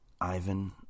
Ivan